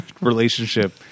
relationship